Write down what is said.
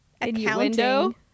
accounting